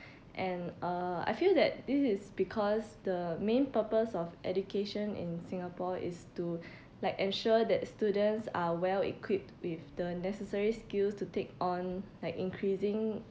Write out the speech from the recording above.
and uh I feel that this is because the main purpose of education in singapore is to like ensure that students are well equipped with the necessary skills to take on like increasingly